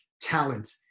talent